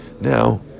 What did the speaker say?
Now